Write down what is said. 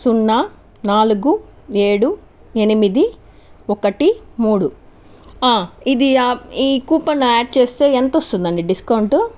సున్నా నాలుగు ఏడు ఎనిమిది ఒకటి మూడు ఇది ఆ ఈ కూపన్ యాడ్ చేస్తే ఎంత వస్తుందండీ డిస్కౌంట్